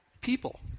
people